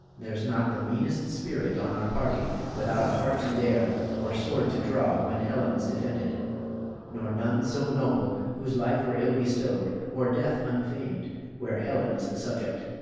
there's not the meanest spirit on our party without a heart to dare or sword to draw when helen is defended nor none so noble whose life were ill bestow'd or death unfam'd where helen is the subject.